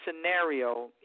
scenario